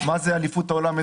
מה זה אליפות עולם.